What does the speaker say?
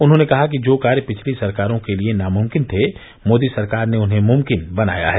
उन्होंने कहा कि जो कार्य पिछली सरकारों के लिये नामुमकिन थे मोदी सरकार ने उन्हें मुमकिन बनाया है